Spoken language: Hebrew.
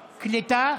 קליטה.